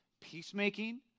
peacemaking